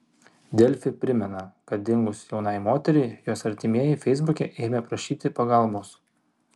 delfi primena kad dingus jaunai moteriai jos artimieji feisbuke ėmė prašyti pagalbos